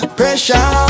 pressure